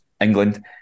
England